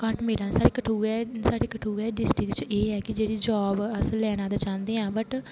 घट्ट मिला दियां ना साढ़े कठुऐ डिस्ट्रिक्ट च एह है कि जेहड़ी जाॅव अस लेना ते चाहंदे हां बट